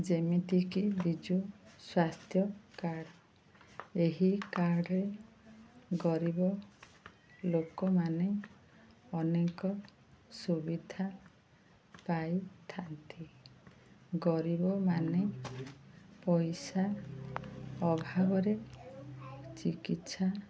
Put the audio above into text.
ଯେମିତିକି ବିଜୁ ସ୍ୱାସ୍ଥ୍ୟ କାର୍ଡ଼ ଏହି କାର୍ଡ଼ରେ ଗରିବ ଲୋକମାନେ ଅନେକ ସୁବିଧା ପାଇଥାନ୍ତି ଗରିବମାନେ ପଇସା ଅଭାବରେ ଚିକିତ୍ସା